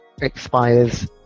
expires